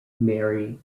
mary